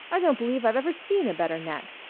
i don't believe i've ever seen a better neck.